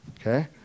Okay